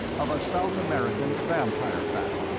of a south american vampire bat.